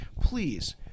Please